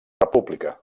república